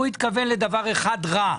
הוא התכוון לדבר אחד רע.